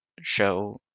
show